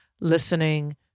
listening